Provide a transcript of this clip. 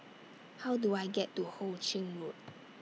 How Do I get to Ho Ching Road